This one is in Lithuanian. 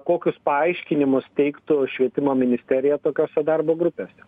kokius paaiškinimus teiktų švietimo ministerija tokiose darbo grupėse